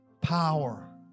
power